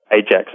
AJAX